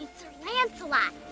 sir lancelot.